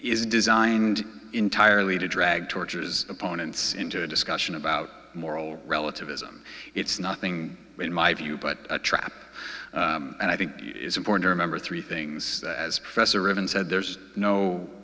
is designed entirely to drag george's opponents into a discussion about moral relativism it's nothing in my view but a trap and i think it's important to remember three things as professor riven said there's no